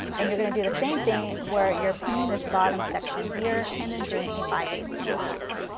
and you going to do the same thing where you are pinning this bottom section here and then doing a five eight ths seam allowance.